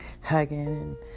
hugging